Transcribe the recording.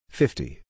fifty